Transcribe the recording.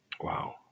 wow